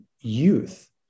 youth